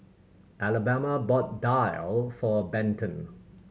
Alabama bought daal for Benton